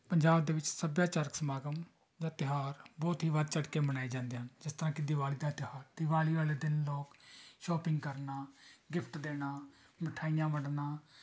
ਪੰਜਾਬ ਦੇ ਵਿੱਚ ਸੱਭਿਆਚਾਰਕ ਸਮਾਗਮ ਜਾਂ ਤਿਉਹਾਰ ਬਹੁਤ ਹੀ ਵੱਧ ਚੜ੍ਹ ਕੇ ਮਨਾਏ ਜਾਂਦੇ ਹਨ ਜਿਸ ਤਰ੍ਹਾਂ ਕਿ ਦੀਵਾਲੀ ਦਾ ਤਿਉਹਾਰ ਦੀਵਾਲੀ ਵਾਲੇ ਦਿਨ ਲੋਕ ਸ਼ੋਪਿੰਗ ਕਰਨਾ ਗਿਫਟ ਦੇਣਾ ਮਿਠਾਈਆਂ ਵੰਡਣਾ